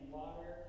water